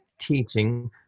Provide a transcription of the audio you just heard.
teaching